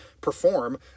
perform